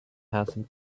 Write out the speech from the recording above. handsome